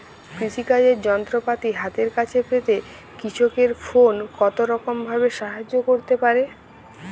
কৃষিকাজের যন্ত্রপাতি হাতের কাছে পেতে কৃষকের ফোন কত রকম ভাবে সাহায্য করতে পারে?